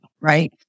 right